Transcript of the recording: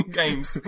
games